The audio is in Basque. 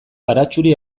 baratxuri